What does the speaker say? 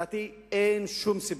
לדעתי אין שום סיבה.